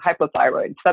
hypothyroid